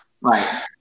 Right